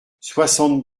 soixante